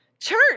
Church